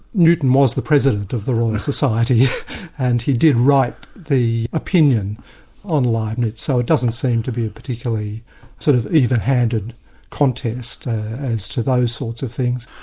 newton was the president of the royal society and he did write the opinion on leibnitz, so it doesn't seem to be a particularly sort of even-handed contest as to those sorts of things.